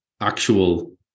actual